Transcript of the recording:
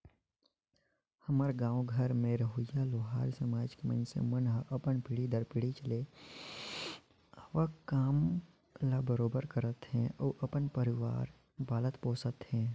हमर गाँव घर में रहोइया लोहार समाज के मइनसे मन ह अपन पीढ़ी दर पीढ़ी चले आवक काम ल बरोबर करत हे अउ अपन परवार पालत पोसत हे